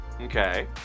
Okay